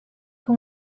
que